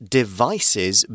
devices